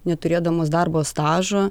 neturėdamos darbo stažo